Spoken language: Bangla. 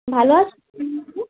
ভালো আছো তো তুমি দিদি